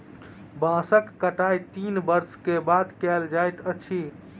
बांसक कटाई तीन वर्ष के बाद कयल जाइत अछि